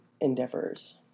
endeavors